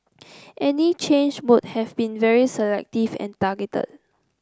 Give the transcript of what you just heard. any change would have been very selective and targeted